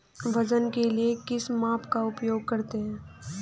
वजन के लिए किस माप का उपयोग करते हैं?